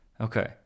Okay